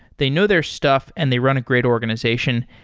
they know their stuff and they run a great organization.